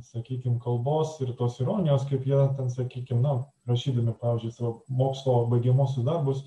sakykim kalbos ir tos ironijos kaip jie ten sakykim na rašydami pavyzdžiui savo mokslo baigiamuosius darbus